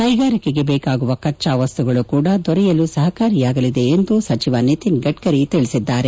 ಕೈಗಾರಿಕೆಗೆ ಬೇಕಾಗುವ ಕೆಚ್ಚಾ ವಸ್ತುಗಳೂ ಕೂಡ ದೊರೆಯುಲು ಸಹಕಾರಿಯಾಗಲಿದೆ ಎಂದು ಸಚಿವ ನಿತಿನ್ ಗೆದ್ದರಿ ತಿಳಿಸಿದ್ದಾರೆ